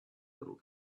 little